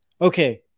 okay